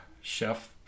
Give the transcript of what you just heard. chef